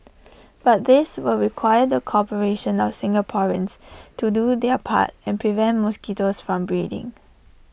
but this will require the cooperation of Singaporeans to do their part and prevent mosquitoes from breeding